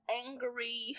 angry